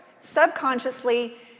Subconsciously